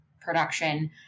production